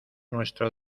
nuestro